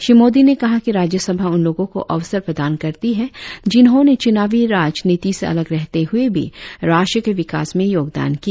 श्री मोदी ने कहा कि राज्यसभा उन लोगों को अवसर प्रदान करती है जिन्होंने चुनावी राजनीति से अलग रहते हुए भी राष्ट्र के विकास में योगदान किया